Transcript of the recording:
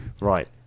right